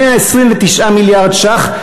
129 מיליארד ש"ח.